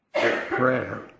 prayer